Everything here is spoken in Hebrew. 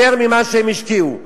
יותר ממה שהם השקיעו.